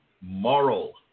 moral